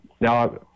Now